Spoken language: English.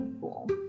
cool